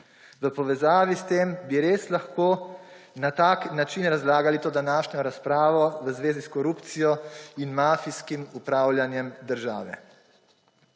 V povezavi s tem bi res lahko na tak način razlagali to današnjo razpravo v zvezi s korupcijo in mafijskim upravljanjem države.